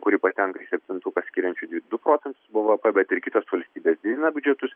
kuri patenka į septintuką skiriančių dvi du procentus bvp bet ir kitos valstybės didina biudžetus